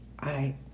I